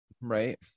Right